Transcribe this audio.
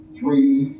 Three